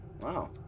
Wow